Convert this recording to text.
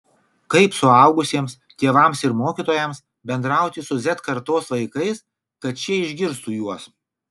kaip suaugusiems tėvams ir mokytojams bendrauti su z kartos vaikais kad šie išgirstų juos